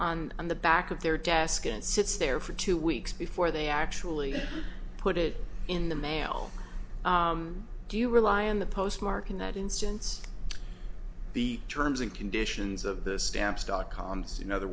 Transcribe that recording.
envelope on the back of their desk and sits there for two weeks before they actually put it in the mail do you rely on the postmark in that instance the terms and conditions of the stamps dot com and in other